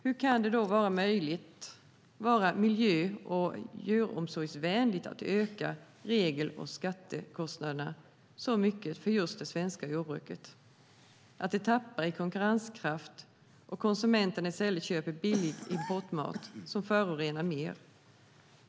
Hur kan det vara miljö och djuromsorgsvänligt att öka regel och skattekostnaderna så mycket för just det svenska jordbruket att det tappar i konkurrenskraft och konsumenterna i stället köper billig importmat som förorenar mer?